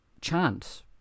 Chance